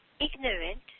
ignorant